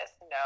no